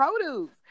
produce